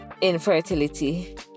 infertility